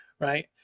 right